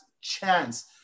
chance